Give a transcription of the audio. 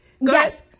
yes